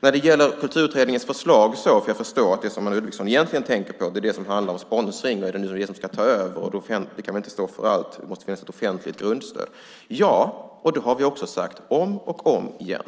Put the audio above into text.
Sedan var det frågan om Kulturutredningens förslag. Jag förstår att det Anne Ludvigsson egentligen tänker på är sponsring. Är det vad som ska ta över? Det offentliga kan inte stå för allt. Det måste finnas ett offentligt grundstöd. Ja, det har vi också sagt om och om igen.